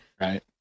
Right